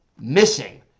missing